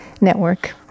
network